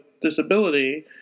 disability